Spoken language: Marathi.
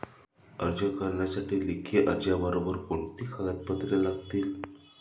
कर्ज करण्यासाठी लेखी अर्जाबरोबर कोणती कागदपत्रे लागतील?